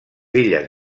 illes